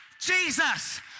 Jesus